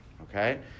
Okay